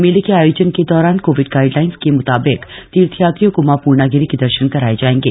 मेले के आयोजन के दौरान कोविड गाइडलाइन के मुताबिक तीर्थयात्रियों को मां पूर्णागिरी के दर्शन कराए जाएंगे